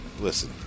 Listen